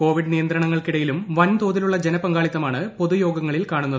Covid നിയന്ത്രണങ്ങൾക്കിടയിലും വൻതോതിലുള്ള ജനപങ്കാളിത്തമാണ് പൊതുയോഗങ്ങളിൽ കാണുന്നത്